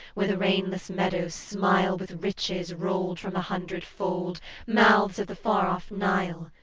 where the rainless meadows smile with riches rolled from the hundred-fold mouths of the far-off nile,